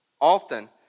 often